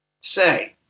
say